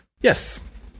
Yes